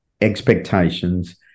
expectations